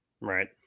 Right